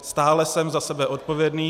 Stále jsem za sebe odpovědný.